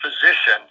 position